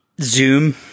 Zoom